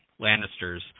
Lannisters